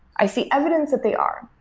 i see evidence that they are.